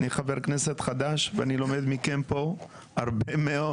אני חבר כנסת חדש ואני לומד מכם פה הרבה מאוד,